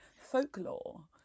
folklore